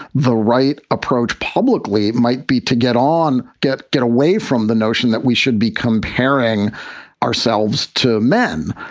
the right approach publicly might be to get on get get away from the notion that we should be comparing ourselves to men.